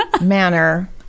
manner